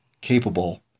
capable